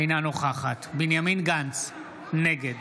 אינה נוכחת בנימין גנץ, נגד